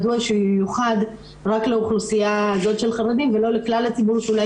מדוע שהוא ייוחד רק לאוכלוסייה הזאת של חרדים ולא לכלל הציבור שאולי